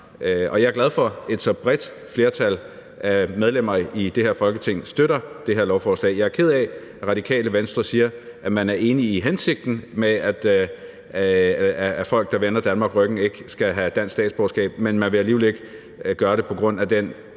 jeg er glad for, at et så bredt flertal af medlemmer i det her Folketing støtter det her lovforslag. Jeg er ked af, at Radikale Venstre siger, at man er enig i hensigten med, at folk, der vender Danmark ryggen, ikke skal have dansk statsborgerskab, men at man alligevel ikke vil gøre det på grund af den,